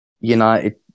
United